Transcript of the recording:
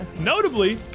Notably